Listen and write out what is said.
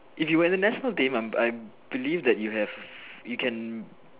if you were in the national team I I believe that you have you can